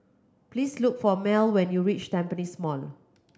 please look for Mell when you reach Tampines Mall